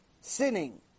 sinning